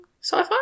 sci-fi